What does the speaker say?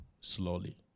slowly